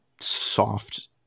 soft